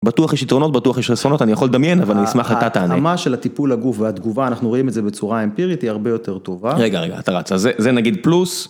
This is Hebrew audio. בטוח יש יתרונות, בטוח יש חסרונות, אני יכול לדמיין, אבל אני אשמח שאתה תענה. ההתאמה של הטיפול הגוף והתגובה, אנחנו רואים את זה בצורה אמפירית, היא הרבה יותר טובה. רגע, רגע, אתה רץ. זה נגיד פלוס.